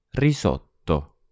Risotto